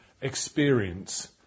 experience